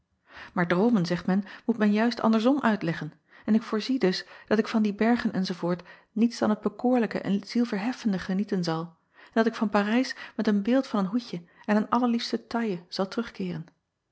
aar droomen zegt men moet men juist andersom uitleggen en ik voorzie dus dat ik van die bergen enz niets dan het bekoorlijke en zielverheffende genieten zal en dat ik van arijs met een beeld van een hoedje en een allerliefste taille zal terugkeeren